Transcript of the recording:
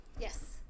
Yes